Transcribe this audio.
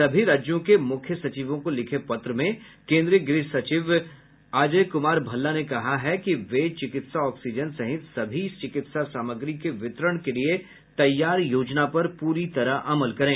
सभी राज्यों के मुख्य सचिवों को लिखे पत्र में केन्द्रीय गृह सचिव अजय क्मार भल्ला ने कहा है कि वे चिकित्सा ऑक्सीजन सहित सभी चिकित्सा सामग्री के वितरण के लिए तैयार योजना पर पूरी तरह अमल करे